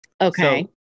Okay